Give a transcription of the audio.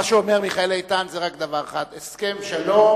מה שאומר מיכאל איתן זה רק דבר אחד: הסכם שלום,